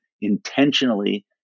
intentionally